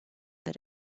that